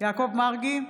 יעקב מרגי,